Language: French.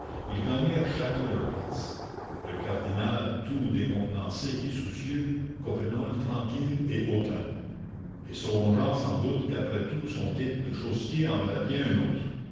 ils gagnèrent chacun leur place le cardinal tout décontenancé et soucieux coppenole tranquille et hautain et songeant sans doute qu'après tout son titre de chaussetier en valait bien un autre